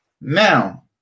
Now